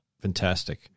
Fantastic